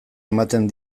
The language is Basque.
ematen